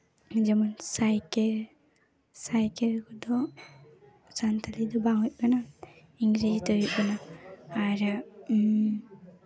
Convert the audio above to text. ᱡᱮᱢᱚᱱ cycle cycle ᱠᱚᱫᱚ ᱥᱟᱱᱛᱟᱲᱤ ᱫᱚ ᱵᱟᱝ ᱦᱩᱭᱩᱜ ᱠᱟᱱᱟ ᱤᱝᱨᱮᱡᱤ ᱛᱮ ᱦᱩᱭᱩᱜ ᱠᱟᱱᱟ ᱟᱨ